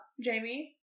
Jamie